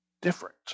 different